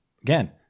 Again